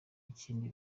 ikindi